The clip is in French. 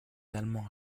allemands